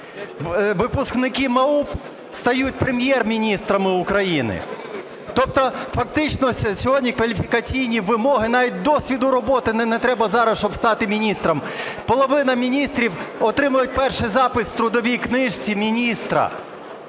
Випускники МАУП стають прем'єр-міністрами України. Тобто фактично сьогодні кваліфікаційні вимоги - навіть досвіду роботи не треба зараз, щоби стати міністром. Половина міністрів отримують перший запис в трудовій книжці - міністра.